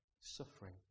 Suffering